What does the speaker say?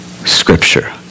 Scripture